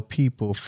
people